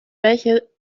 welche